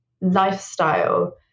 lifestyle